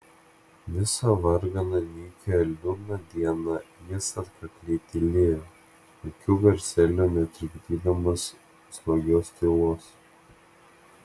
visą varganą nykią liūdną dieną jis atkakliai tylėjo jokiu garseliu netrikdydamas slogios tylos